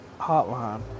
hotline